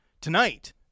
tonight